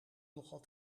nogal